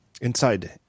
inside